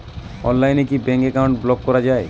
অনলাইনে কি bank account block করা য়ায়?